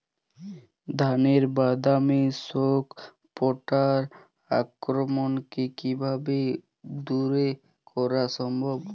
ধানের বাদামি শোষক পোকার আক্রমণকে কিভাবে দূরে করা সম্ভব?